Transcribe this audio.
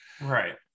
right